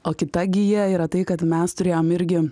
o kita gija yra tai kad mes turėjom irgi